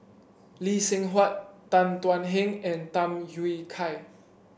Lee Seng Huat Tan Thuan Heng and Tham Yui Kai